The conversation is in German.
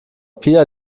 pia